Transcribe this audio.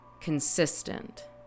consistent